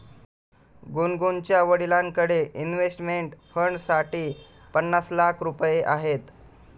गुनगुनच्या वडिलांकडे इन्व्हेस्टमेंट फंडसाठी पन्नास लाख रुपये आहेत